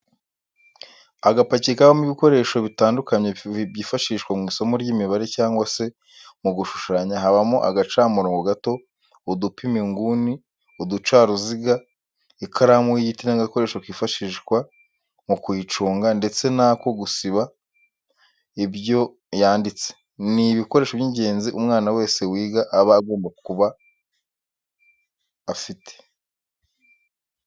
Agapaki kabamo ibikoresho bitandukanye byifashishwa mu isomo ry'imibare cyangwa se mu gushushanya, habamo agacamurongo gato, udupima inguni, uducaruziga, ikaramu y'igiti n'agakoresho kifashishwa mu kuyiconga ndetse n'ako gusiba ibyo yanditse, ni ibikoresho by'ingenzi umwana wese wiga aba agomba kugira.